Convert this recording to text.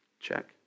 Check